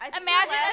imagine